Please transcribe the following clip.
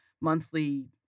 monthly